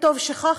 וטוב שכך,